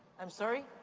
i'm sorry?